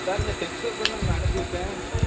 sir இந்த test பேப்பர்லாம் அங்கே அனுப்பி வச்சேன்